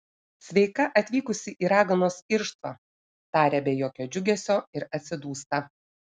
sveika atvykusi į raganos irštvą taria be jokio džiugesio ir atsidūsta